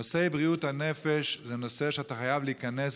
נושא בריאות הנפש זה נושא שאתה חייב להיכנס